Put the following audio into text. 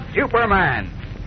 Superman